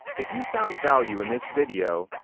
if you found value in this video,